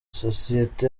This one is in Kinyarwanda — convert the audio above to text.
sosiyete